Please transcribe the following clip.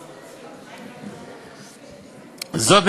זאת,